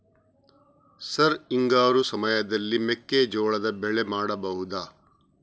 Sir ಹಿಂಗಾರು ಸಮಯದಲ್ಲಿ ಮೆಕ್ಕೆಜೋಳದ ಬೆಳೆ ಮಾಡಬಹುದಾ?